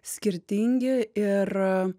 skirtingi ir